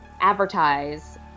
advertise